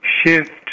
shift